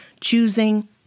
choosing